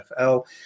NFL